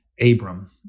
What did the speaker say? Abram